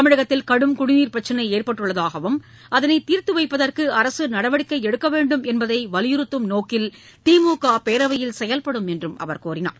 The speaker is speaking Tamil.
தமிழகத்தில் கடும் குடிநீர் பிரச்சினை ஏற்பட்டுள்ளதாகவும் அதனை தீர்த்து வைப்பதற்கு அரசு நடவடிக்கை எடுக்கவேண்டும் என்பதை வலியுறுத்தும் நோக்கில் திமுக பேரவையில் செயல்படும் என்றும் அவர் கூறினார்